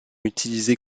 utilisées